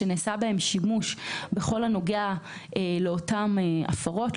שנעשה בהן שימוש בכל הנוגע לאותן הפרות,